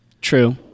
True